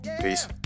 Peace